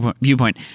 viewpoint